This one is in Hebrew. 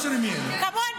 קודם כול,